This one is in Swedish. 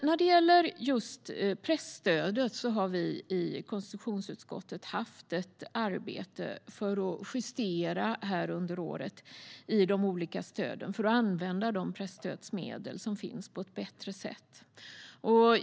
När det gäller presstödet har vi i konstitutionsutskottet arbetat under året för att justera i de olika stöden så att presstödsmedlen kan användas på ett bättre sätt.